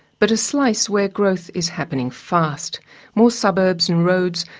but a slice where growth is happening fast more suburbs and roads,